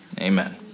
amen